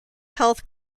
health